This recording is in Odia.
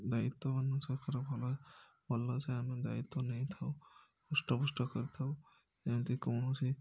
ଦାୟିତ୍ୱବାନ ସହକାର ଭଲ ଭଲସେ ଆମେ ଦାୟିତ୍ୱ ନେଇଥାଉ ହୃଷ୍ଟପୃଷ୍ଟ କରିଥାଉ ଯେମିତି କୌଣସି